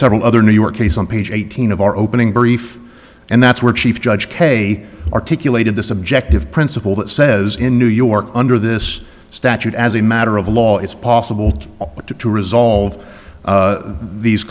several other new york case on page eighteen of our opening brief and that's where chief judge kay articulated this objective principle that says in new york under this statute as a matter of law it's possible to resolve these